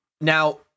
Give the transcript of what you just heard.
Now